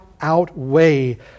outweigh